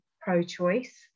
pro-choice